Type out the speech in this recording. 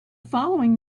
following